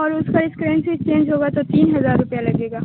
اور اس کا اسکرینسی چینج ہوگا تو تین ہزار روپیہ لگے گا